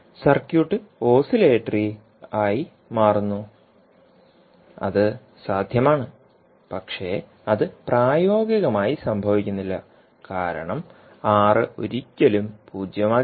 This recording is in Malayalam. സർക്യൂട്ട് ഓസിലേറ്ററി ആയി മാറുന്നു അത് സാധ്യമാണ് പക്ഷേ അത് പ്രായോഗികമായി സംഭവിക്കുന്നില്ല കാരണം r ഒരിക്കലും പൂജ്യമാകില്ല